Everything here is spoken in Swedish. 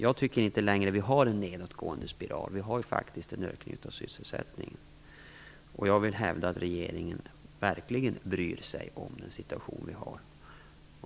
Jag tycker inte att vi har en nedåtgående spiral längre. Vi har faktiskt en ökning av sysselsättningen, och jag vill hävda att regeringen verkligen bryr sig om den situation vi har.